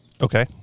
Okay